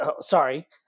Sorry